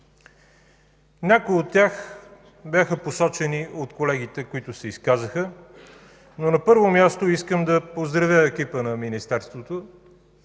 Някои от тях бяха посочени от колегите, които се изказаха, но на първо място искам да поздравя екипа на Министерството